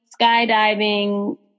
skydiving